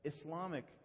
Islamic